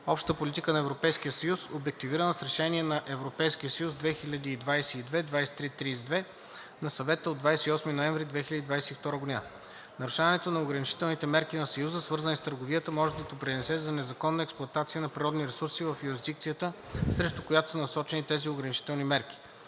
общата политика на Европейския съюз обективирана с Решение (ЕС) 2022/2332 на Съвет от 28 ноември 2022. Нарушаването на ограничителните мерки на Съюза, свързани с търговията, може да допринесе за незаконната експлоатация на природни ресурси в юрисдикцията, срещу която са насочени тези ограничителни мерки.